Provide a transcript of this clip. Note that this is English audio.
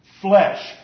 Flesh